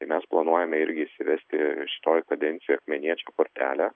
tai mes planuojame irgi įsivesti šitoj kadencijoj akmeniečio kortelę